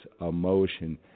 emotion